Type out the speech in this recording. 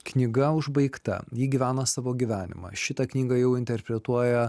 knyga užbaigta ji gyvena savo gyvenimą šitą knygą jau interpretuoja